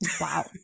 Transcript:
wow